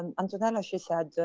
and antonella, she said,